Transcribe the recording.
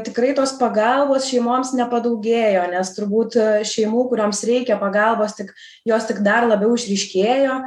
tikrai tos pagalbos šeimoms nepadaugėjo nes turbūt šeimų kurioms reikia pagalbos tik jos tik dar labiau išryškėjo